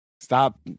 Stop